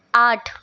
آٹھ